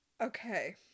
okay